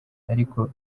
ariko